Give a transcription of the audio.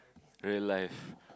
realised